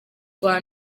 rwa